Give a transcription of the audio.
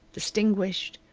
distinguished,